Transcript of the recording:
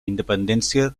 independència